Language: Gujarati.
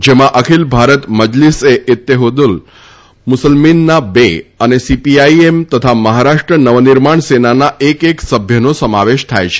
જેમાં અખિલ ભારત મજલીસ એ ઇત્તેહાદુલ મુસ્લિમીનના બે અને સીપીઆઇએમ તથા મહારાષ્ટ્ર નવનિર્માણ સેનાના એક એક સભ્યનો સમાવેશ થાય છે